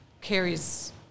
carries